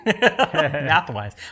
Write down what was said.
math-wise